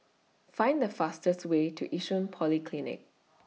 Find The fastest Way to Yishun Polyclinic